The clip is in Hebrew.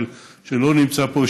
שלא נמצא פה,